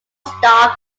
star